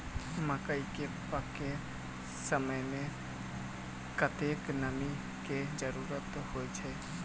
मकई केँ पकै समय मे कतेक नमी केँ जरूरत होइ छै?